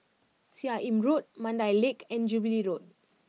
Seah Im Road Mandai Lake and Jubilee Road